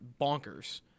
bonkers